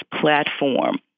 platform